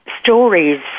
stories